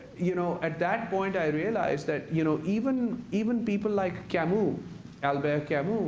you know, at that point i realized that you know even even people like camus albert camus,